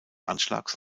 anschlags